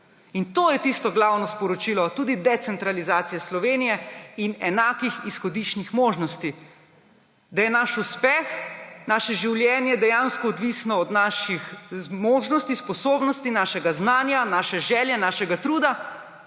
In to je tisto glavno sporočilo, tudi decentralizacija Slovenije in enakih izhodiščih možnosti, da je naš uspeh, naše življenje dejansko odvisno od naših zmožnosti, sposobnosti, našega znanja, naše želje, našega truda